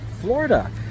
Florida